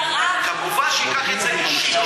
כמובן ייקח את זה אישי,